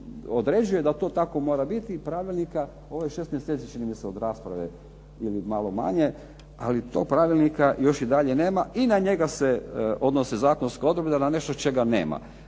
određuje da li to tako mora biti i pravilnika ovih šest mjeseci čini mi se od rasprave ili malo manje, ali tog pravilnika još i dalje nema i na njega se odnose zakonske odredbe, na nešto čega nema.